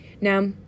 Now